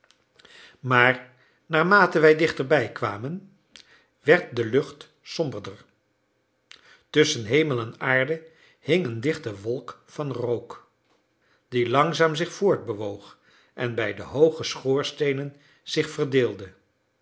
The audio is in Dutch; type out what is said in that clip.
maar naarmate wij dichterbij kwamen werd de lucht somberder tusschen hemel en aarde hing een dichte wolk van rook die langzaam zich voortbewoog en bij de hooge schoorsteenen zich verdeelde